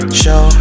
show